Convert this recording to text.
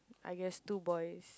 I guess two boys